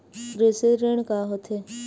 कृषि ऋण का होथे?